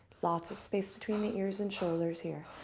lots of space between the ears and shoulders here.